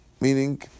Meaning